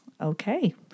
okay